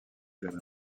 jeune